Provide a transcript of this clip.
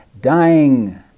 dying